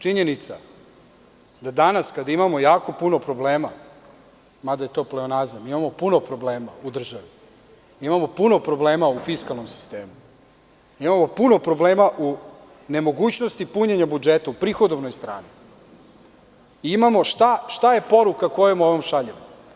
Činjenica da danas kada imamo jako puno problema, mada je to pleonazam, imamo puno problema u državi, imamo puno problema u fiskalnom sistemu, imamo puno problema u nemogućnosti punjenja budžeta, u prihodovnoj strani, šta je poruka koju šaljemo?